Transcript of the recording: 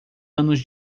anos